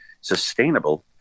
sustainable